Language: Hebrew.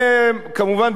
כמובן,